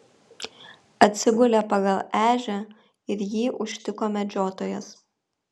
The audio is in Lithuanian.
atsigulė pagal ežią ir jį užtiko medžiotojas